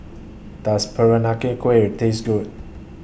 Does Peranakan Kueh Taste Good